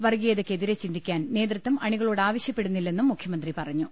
വർഗ്ഗീയതയ്ക്കെതിരെ ചിന്തിക്കാൻ നേതൃത്വം അണികളോട് ആവശ്യപ്പെടുന്നില്ലെന്നും മുഖ്യ മന്ത്രി പറഞ്ഞു